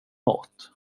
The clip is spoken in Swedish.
mat